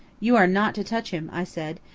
you are not to touch him, i said.